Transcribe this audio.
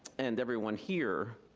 and everyone here,